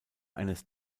eines